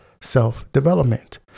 self-development